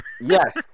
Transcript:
Yes